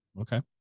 Okay